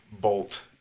bolt